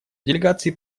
делегации